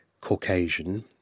Caucasian